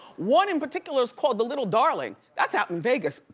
one in particular is called the little darling. that's out in vegas.